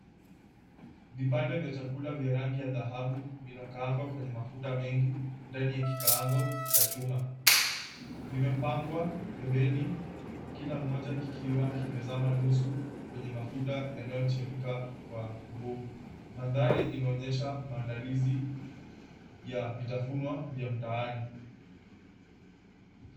Vipande vya chakula vya rangi ya dhahabu vinakaangwa kwenye mafuta mengi ndani ya kikaango cha chuma. Vimepangwa pembeni kila moja kikiwa kimezama nusu kwenye mafuta yanayochemka kwa nguvu. Mandhari inaonyesha maandalizi ya vitafunwa vya mtaani.